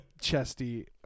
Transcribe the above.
chesty